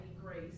Grace